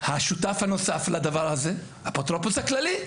השותף הנוסף לדבר הזה, האפוטרופוס הכללי,